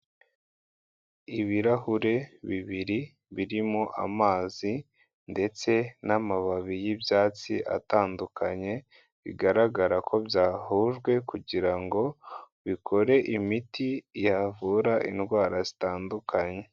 Ibirahure bibiri birimo amazi ndetse n'amababi y'ibyatsi atandukanye. Bigaragara ko byahujwe kugira ngo bikore imiti yavura indwara zitandukanye.